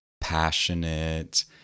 passionate